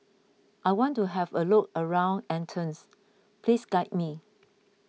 I want to have a look around Athens please guide me